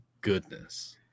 goodness